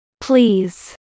Please